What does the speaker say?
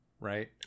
right